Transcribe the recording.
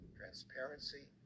transparency